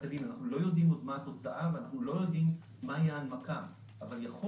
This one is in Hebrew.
הדין אנחנו לא יודעים עוד מה התוצאה ומה ההנמקה אבל יכול